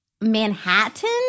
Manhattan